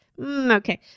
okay